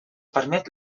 permet